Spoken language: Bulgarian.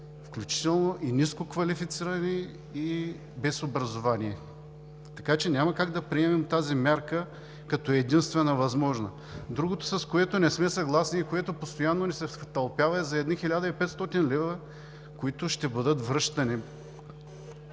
включително нискоквалифицирани и без образование. Няма как да приемем тази мярка като единствено възможна. Другото, с което не сме съгласни и което постоянно ни се втълпява, е за едни 1500 лв., които ще бъдат връщани.